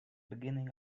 beginning